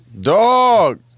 Dog